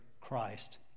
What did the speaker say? Christ